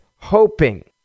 hoping